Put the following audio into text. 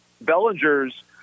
Bellinger's